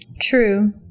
true